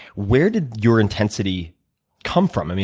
where did your intensity come from?